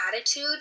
attitude